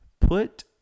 put